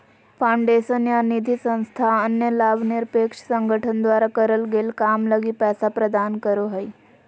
foundation या निधिसंस्था अन्य लाभ निरपेक्ष संगठन द्वारा करल गेल काम लगी पैसा प्रदान करो हय